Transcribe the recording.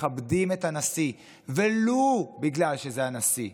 מכבדים את הנשיא, ולו בגלל שזה הנשיא.